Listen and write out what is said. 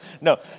no